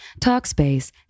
Talkspace